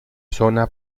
zona